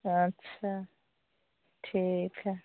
अच्छा ठीक है